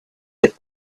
that